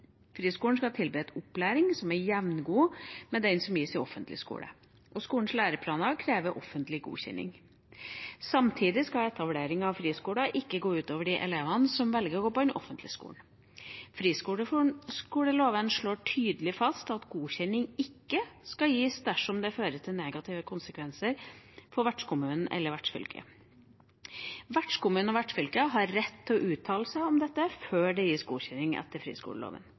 Friskolen skal tilby en opplæring som er jevngod med den som gis i offentlig skole, og skolens læreplaner krever offentlig godkjenning. Samtidig skal etablering av friskoler ikke gå ut over de elevene som velger å gå på den offentlige skolen. Friskoleloven slår tydelig fast at godkjenning ikke skal gis dersom det fører til negative konsekvenser for vertskommunen eller vertsfylket. Vertskommunen og vertsfylket har rett til å uttale seg om dette før det gis godkjenning etter friskoleloven.